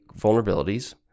vulnerabilities